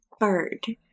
bird